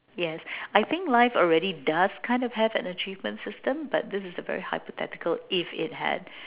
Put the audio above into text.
yes I think life already does kind of have an achievement system but this is a very hypothetical if it had